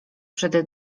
przed